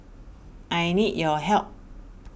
I need your help